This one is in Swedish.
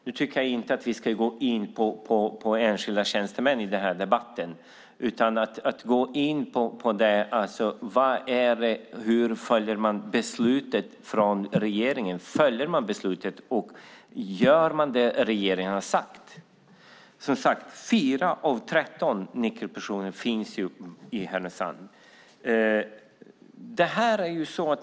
Nu tycker jag inte att vi ska gå in på enskilda tjänstemän i den här debatten, utan tala om hur man följer beslutet från regeringen. Följer man beslutet? Gör man det regeringen har sagt? Som sagt finns 4 av 13 nyckelpersoner i Härnösand.